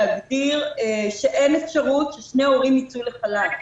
להגדיר שאין אפשרות ששני הורים ייצאו לחל"ת.